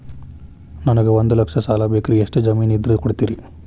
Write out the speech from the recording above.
ನನಗೆ ಒಂದು ಲಕ್ಷ ಸಾಲ ಬೇಕ್ರಿ ಎಷ್ಟು ಜಮೇನ್ ಇದ್ರ ಕೊಡ್ತೇರಿ?